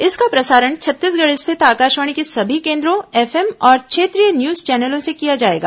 इसका प्रसारण छत्तीसगढ़ स्थित आकाशवाणी के सभी केन्द्रों एफएम और क्षेत्रीय न्यूज चैनलों से किया जाएगा